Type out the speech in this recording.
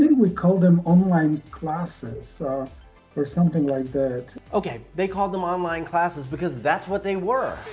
would call them online classes or something like that. okay, they called them online classes because that's what they were.